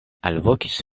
alvokis